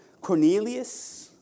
Cornelius